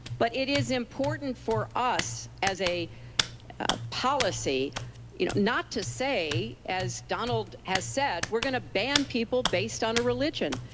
but it is important for us as a policy you know not to say, as donald has said, we're going to ban people based on a religion.